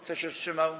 Kto się wstrzymał?